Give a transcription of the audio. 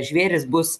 žvėrys bus